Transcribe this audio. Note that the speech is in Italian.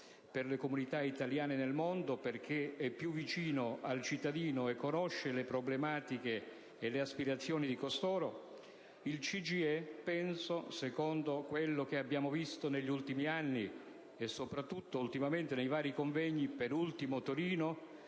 per le comunità italiane nel mondo perché più vicino al cittadino e alle sue problematiche ed aspirazioni penso che, il CGIE, secondo ciò che abbiamo visto negli ultimi anni, e soprattutto ultimamente in vari convegni (da ultimo a Torino),